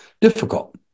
difficult